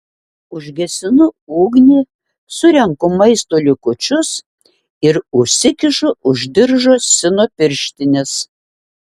užgesinu ugnį surenku maisto likučius ir užsikišu už diržo sino pirštines